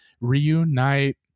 Reunite